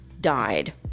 died